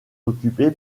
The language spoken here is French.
occupée